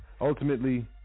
ultimately